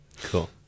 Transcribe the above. cool